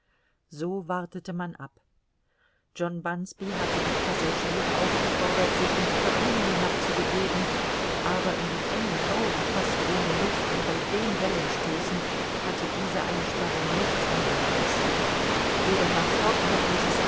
so wartete man ab john bunsby hatte die passagiere aufgefordert sich in die cabine hinab zu begeben aber in dem engen raum fast ohne luft und bei den wellenstößen hatte diese einsperrung nichts angenehmes weder herr fogg noch